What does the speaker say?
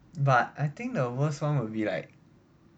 but I think the worst one will be like